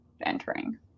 entering